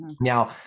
Now